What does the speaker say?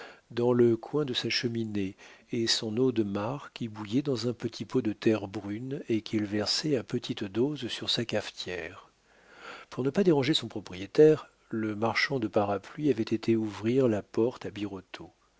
dans le coin de sa cheminée et son eau de marc qui bouillait dans un petit pot de terre brune et qu'il versait à petites doses sur sa cafetière pour ne pas déranger son propriétaire le marchand de parapluies avait été ouvrir la porte à birotteau